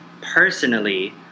personally